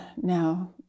now